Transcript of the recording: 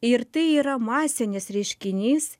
ir tai yra masinis reiškinys